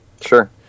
Sure